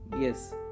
Yes